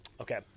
Okay